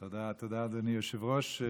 תודה, תודה, אדוני היושב-ראש.